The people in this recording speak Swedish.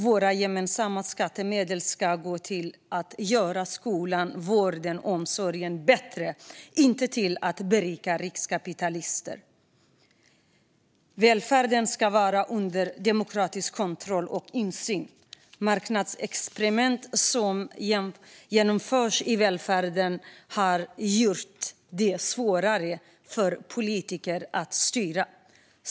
Våra gemensamma skattemedel ska gå till att göra skolan, vården och omsorgen bättre, inte till att berika riskkapitalister. Välfärden ska vara under demokratisk kontroll och insyn. De marknadsexperiment som genomförs i välfärden har gjort det svårare för politiker att styra.